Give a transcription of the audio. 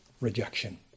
rejection